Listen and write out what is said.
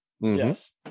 Yes